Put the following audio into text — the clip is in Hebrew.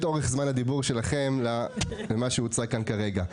אורך זמן הדיבור שלכם למה שהוצג כאן כרגע.